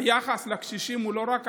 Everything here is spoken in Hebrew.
היחס לקשישים הגיע לא רק עכשיו,